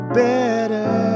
better